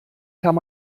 kann